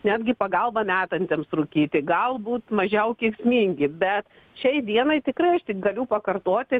netgi pagalba metantiems rūkyti galbūt mažiau kenksmingi bet šiai dienai tikrai aš galiu pakartoti